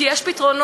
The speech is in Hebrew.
כי יש פתרונות,